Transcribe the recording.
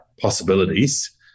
possibilities